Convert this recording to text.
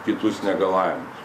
kitus negalavimus